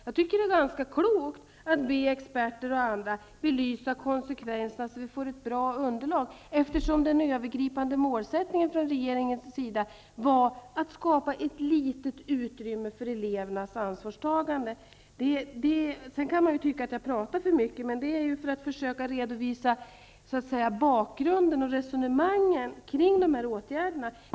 Jag tycker att det är ganska klokt att be experter och andra belysa konsekvenserna, så att vi får ett bra underlag, eftersom den övergripande målsättningen från regeringens sida var att skapa ett litet utrymme för elevernas ansvarstagande. Sedan kan man tycka att jag talar för mycket, men det gör jag för att försöka redovisa bakgrunden och resonemangen kring dessa åtgärder.